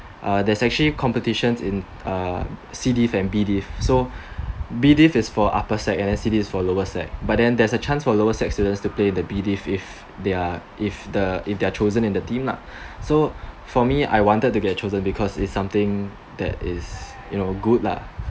uh there's actually competitions in uh C div and B div so B div is for upper sec and C div is for lower sec but then there's a chance for the lower sec to play in the B div if they're if the if they're chosen in the team lah so for me I wanted to get chosen because is something that is you know good lah